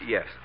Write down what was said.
Yes